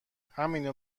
همینو